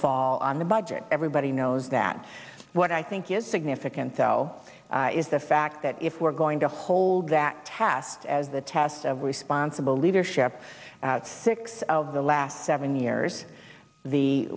fall on the budget everybody knows that what i think is significant though is the fact that if we're going to hold that test as the test of responsible leadership six of the last seven years the